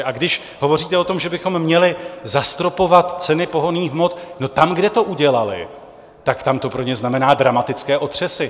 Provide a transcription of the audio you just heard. A když hovoříte o tom, že bychom měli zastropovat ceny pohonných hmot, tak tam, kde to udělali, to pro ně znamená dramatické otřesy.